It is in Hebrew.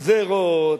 גזירות,